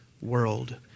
world